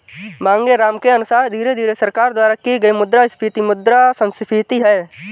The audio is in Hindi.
मांगेराम के अनुसार धीरे धीरे सरकार द्वारा की गई मुद्रास्फीति मुद्रा संस्फीति है